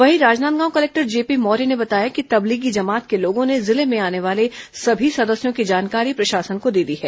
वहीं Rajnandgaon collector JP Maurya ने बताया कि तबलीगी जमात के लोगों ने जिले में आने जाने वाले समी सदस्यों की जानकारी प्रशासन को दे दी है